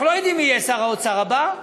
אנחנו לא יודעים מי יהיה שר האוצר הבא,